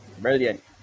brilliant